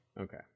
okay